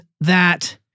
that-